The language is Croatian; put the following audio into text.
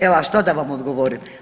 Evo a što da vam odgovorim.